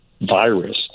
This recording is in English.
virus